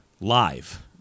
live